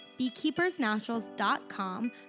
beekeepersnaturals.com